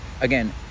again